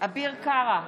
אביר קארה,